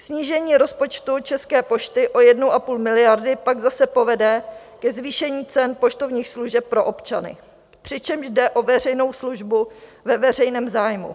Snížení rozpočtu České pošty o 1,5 miliardy pak zase povede ke zvýšení cen poštovních služeb pro občany, přičemž jde o veřejnou službu ve veřejném zájmu.